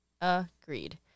Agreed